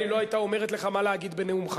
יש משמעות למלים כאלה.